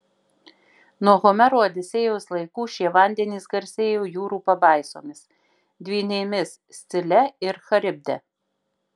nuo homero odisėjos laikų šie vandenys garsėjo jūrų pabaisomis dvynėmis scile ir charibde